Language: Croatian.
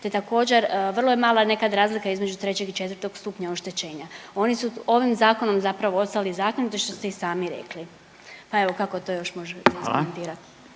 te također, vrlo je mala nekad razlika između trećeg i četvrtog stupnja oštećenja. Oni su ovim Zakonom zapravo ostali zakinuti, što ste i sami rekli pa evo, kako to još možete iskomentirati?